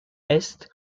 est